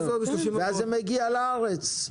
ואז הוא מגיע חזרה לארץ.